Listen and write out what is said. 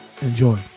enjoy